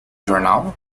jornal